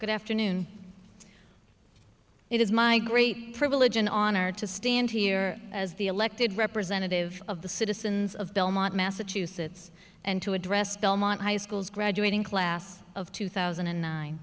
good afternoon it is my great privilege and honor to stand here as the elected representative of the citizens of belmont massachusetts and to address belmont high schools graduating class of two thousand and nine